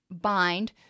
bind